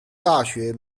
大学